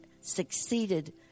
succeeded